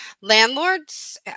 landlords